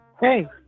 Hey